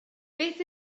beth